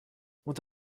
would